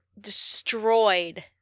destroyed